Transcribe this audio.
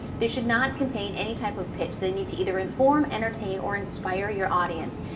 they should not contain any type of pitch. they need to either inform, entertain, or inspire your audience.